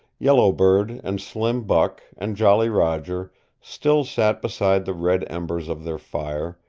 yellow bird and slim buck and jolly roger still sat beside the red embers of their fire,